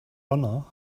honor